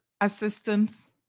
assistance